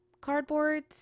cardboards